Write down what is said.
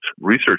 research